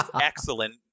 excellent